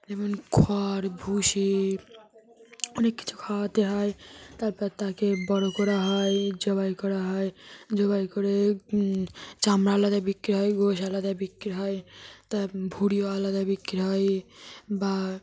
যেমন খড় ভুসি অনেক কিছু খাওয়াতে হয় তারপর তাকে বড় করা হয় জবাই করা হয় জবাই করে চামড়া আলাদা বিক্রি হয় গোশালাতে বিক্রি হয় তার ভুঁড়িও আলাদা বিক্রি হয় বা